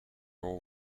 all